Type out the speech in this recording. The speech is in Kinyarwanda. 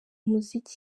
muzika